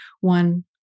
one